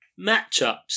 matchups